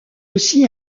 aussi